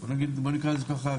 בוא נקרא לזה ככה,